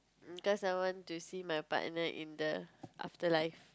um cause I want to see my partner in the afterlife